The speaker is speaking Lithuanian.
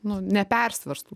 nu nepersverstų